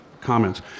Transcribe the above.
comments